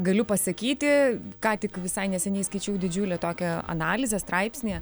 galiu pasakyti ką tik visai neseniai skaičiau didžiulį tokią analizę straipsnį